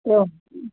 ओ